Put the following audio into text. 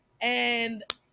and-